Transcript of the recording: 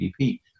GDP